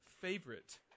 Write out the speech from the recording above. favorite